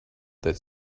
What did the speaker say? that